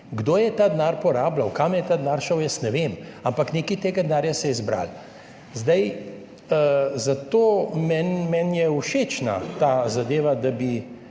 Kdo je ta denar porabljal, kam je šel ta denar, jaz ne vem, ampak nekaj tega denarja se je zbralo. Zato je meni všeč ta zadeva, da bi